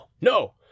no